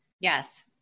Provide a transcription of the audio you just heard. Yes